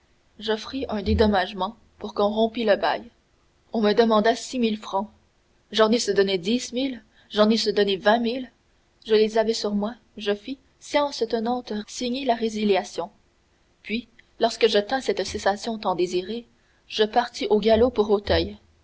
j'offris un dédommagement pour qu'on rompît le bail on me demanda six mille francs j'en eusse donné dix mille j'en eusse donné vingt mille je les avais sur moi je fis séance tenante signer la résiliation puis lorsque je tins cette cession tant désirée je partis au galop pour